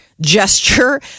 gesture